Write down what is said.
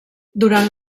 durant